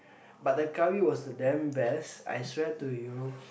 but the curry was the damn best I swear to you